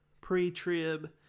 pre-trib